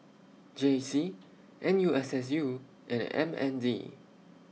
J C N U S S U and M N D